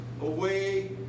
away